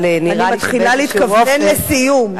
אבל נראה לי שבאיזשהו אופן,